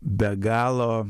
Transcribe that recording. be galo